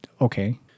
okay